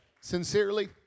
sincerely